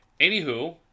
Anywho